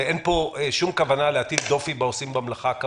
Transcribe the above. אין פה כמובן שום כוונה להטיל דופי בעושים במלאכה.